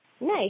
Nice